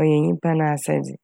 ɔyɛ nyimpa n'asɛdze.